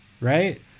right